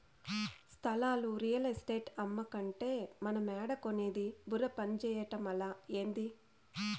స్థలాలు రియల్ ఎస్టేటోల్లు అమ్మకంటే మనమేడ కొనేది బుర్ర పంజేయటమలా, ఏంది